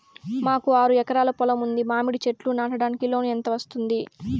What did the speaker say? మాకు ఆరు ఎకరాలు పొలం ఉంది, మామిడి చెట్లు నాటడానికి లోను ఎంత వస్తుంది?